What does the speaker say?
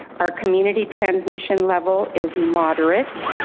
our community transmission level is moderate,